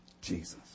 Jesus